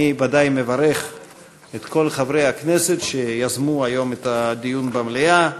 אני מברך את כל חברי הכנסת שיזמו היום את הדיון במליאה.